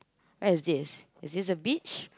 where is this is this a beach